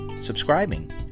subscribing